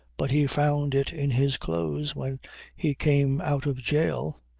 but he found it in his clothes when he came out of jail.